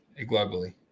globally